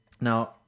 Now